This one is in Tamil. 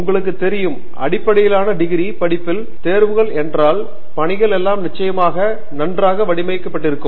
உங்களுக்கு தெரியும் அடிப்படையிலான டிகிரி படிப்பில் தேர்வுகள் என்றால் பணிகள் எல்லாம் நிச்சயமாக நன்றாக வடிவமைக்கப்பட்டிருக்கும்